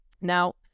Now